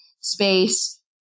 space